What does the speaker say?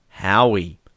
Howie